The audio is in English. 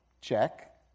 check